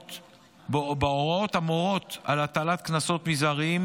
בהוראות המורות על הטלת קנסות מזעריים